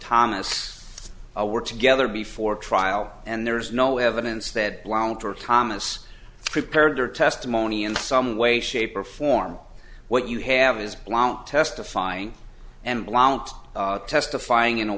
thomas were together before trial and there is no evidence that blount or thomas prepared their testimony in some way shape or form what you have is blount testifying and blount testifying in a